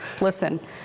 Listen